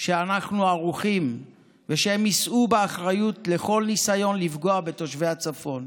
שאנחנו ערוכים ושהם יישאו באחריות לכל ניסיון לפגוע בתושבי הצפון.